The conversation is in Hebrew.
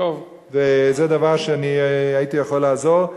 זה דבר שהייתי יכול לעזור.